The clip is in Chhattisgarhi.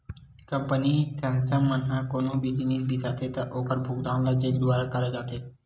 कंपनी, संस्था मन ह कोनो भी जिनिस बिसाथे त ओखर भुगतान ल चेक दुवारा करे जाथे